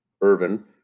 Irvin